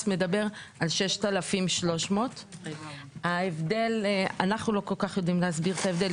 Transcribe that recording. מדבר על 6,300. אנו לא כל כך יודעים להסביר את ההבדל.